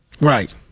Right